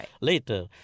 later